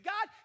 God